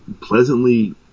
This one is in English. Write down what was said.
pleasantly